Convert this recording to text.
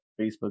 Facebook